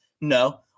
No